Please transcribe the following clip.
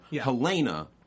Helena